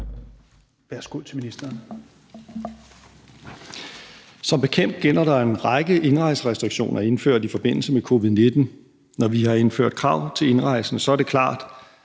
(Nick Hækkerup): Som bekendt gælder der en række indrejserestriktioner indført i forbindelse med covid-19. Når vi har indført krav til indrejsen, er det klart,